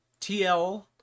TL